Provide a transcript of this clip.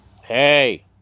Hey